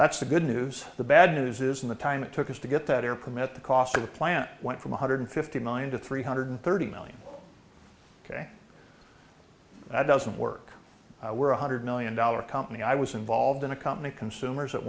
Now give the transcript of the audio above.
that's the good news the bad news is in the time it took us to get that air permit the cost of the plant went from one hundred fifty million to three hundred thirty million ok that doesn't work we're one hundred million dollar company i was involved in a company consumers at